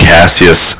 Cassius